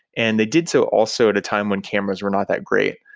and they did so also at a time when cameras were not that great.